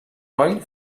coll